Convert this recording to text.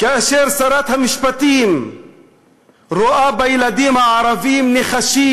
כאשר שרת המשפטים רואה בילדים הערבים נחשים,